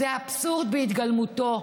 זה אבסורד בהתגלמותו.